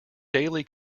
daily